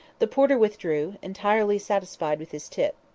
the porter withdrew, entirely satisfied with his tip.